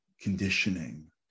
conditioning